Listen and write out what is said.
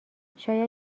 شاید